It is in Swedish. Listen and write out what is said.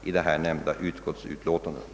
vid de här nämnda utskottsutlåtandena.